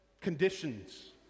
conditions